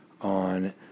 on